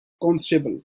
constable